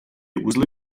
uzly